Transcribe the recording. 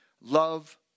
love